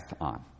on